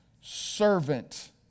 servant